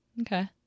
Okay